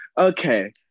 Okay